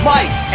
Mike